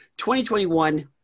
2021